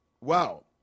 Wow